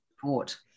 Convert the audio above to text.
support